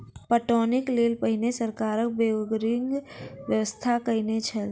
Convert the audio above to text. पटौनीक लेल पहिने सरकार बोरिंगक व्यवस्था कयने छलै